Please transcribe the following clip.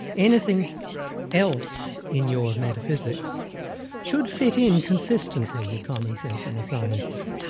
anything else in your metaphysics should fit in consistently with commonsense and the sciences.